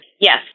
Yes